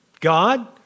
God